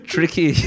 Tricky